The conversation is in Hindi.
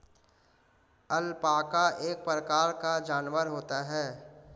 अलपाका एक प्रकार का जानवर होता है